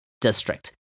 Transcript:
district